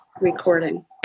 recording